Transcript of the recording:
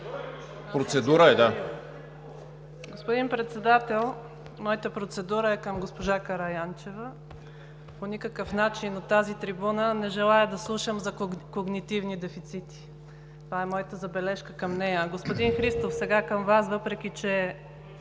(ГЕРБ): Господин Председател, моята процедура е към госпожа Караянчева. По никакъв начин от тази трибуна не желая да слушам за когнитивни дефицити. Това е моята забележка към нея. Господин Христов, сега към Вас: въпреки, че